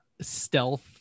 Stealth